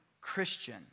Christian